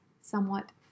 somewhat